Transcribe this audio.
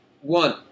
one